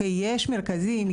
יש מרכזים,